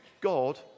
God